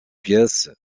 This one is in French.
pièces